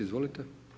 Izvolite.